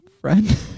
friend